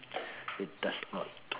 it does not